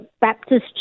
Baptist